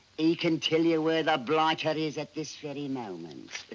he can tell you where the blighter is at this very moment.